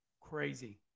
Crazy